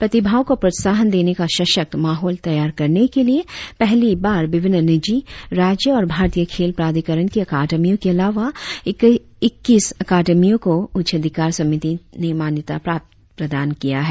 प्रतिभाओं को प्रोत्साहन देने का सशक्त माहौल तैयार करने के लिए पहली बार विभिन्न निजी राज्य और भारतीय खेल प्राधिकरण की अकादमियों के अलावा इक्कीस अकादमियों को उच्चाधिकार समिति ने मान्यता प्रदान की है